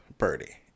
birdie